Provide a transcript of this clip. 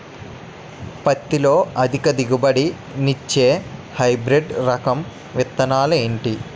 పత్తి లో అధిక దిగుబడి నిచ్చే హైబ్రిడ్ రకం విత్తనాలు ఏంటి